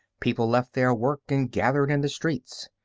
people left their work and gathered in the streets.